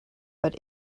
but